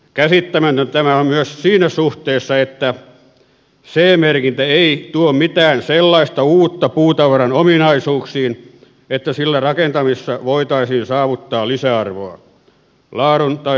käsittämätöntä tämä on myös siinä suhteessa että ce merkintä ei tuo mitään sellaista uutta puutavaran ominaisuuksiin että sillä rakentamisessa voitaisiin saavuttaa lisäarvoa laadun tai turvallisuuden suhteen